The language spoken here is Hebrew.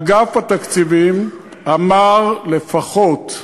אגף התקציבים אמר לפחות,